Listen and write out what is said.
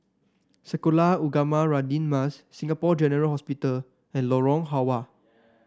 Sekolah Ugama Radin Mas Singapore General Hospital and Lorong Halwa